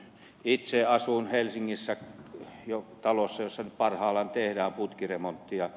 itse asun helsingissä talossa jossa parhaillaan tehdään putkiremonttia